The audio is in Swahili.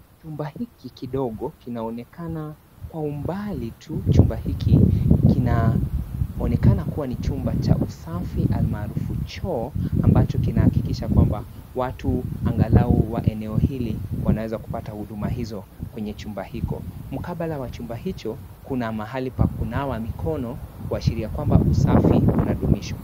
Chumba hiki kidogo kinaonekana kwa umbali tu, chumba hiki kinaonekana kuwa ni chumba cha usafi almarufu choo, ambacho kinahakikisha kwamba watu angalau wa eneo hili wanaweza kupata huduma hizo kwenye chumba hiko. Mkabala wa chumba hicho kuna mahali pa kunawa mkono kuashiria kwamba usafi unadumishwa.